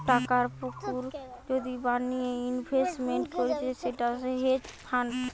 টাকার পুকুর যদি বানিয়ে ইনভেস্টমেন্ট করতিছে সেটা হেজ ফান্ড